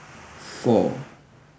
four